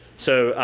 so,